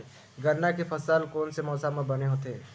गन्ना के फसल कोन से मौसम म बने होथे?